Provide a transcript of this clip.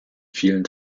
vielen